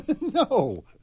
No